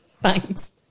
thanks